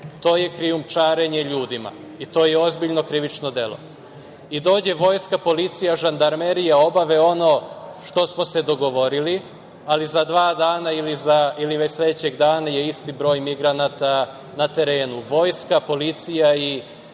To je krijumčarenje ljudima i to je ozbiljno krivično delo. Dođe vojska, policija, žandarmerija, obave ono što smo se dogovorili, ali za dva dana ili već sledećeg dana je isti broj migranata na terenu. Vojska, policija i